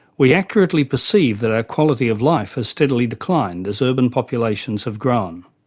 we accurately perceive that our quality of life has steadily declined as urban populations have grown.